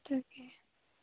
তাকে